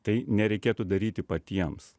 tai nereikėtų daryti patiems